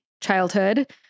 childhood